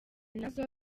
nazo